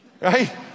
right